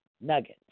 nuggets